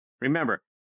Remember